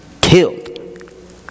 killed